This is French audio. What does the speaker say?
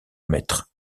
mètres